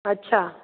अछा